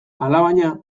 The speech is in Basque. alabaina